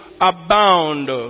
abound